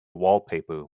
wallpaper